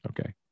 Okay